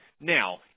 Now